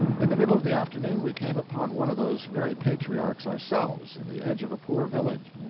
in the middle of the afternoon we came upon one of those very patriarchs ourselves, in the edge of a poor village.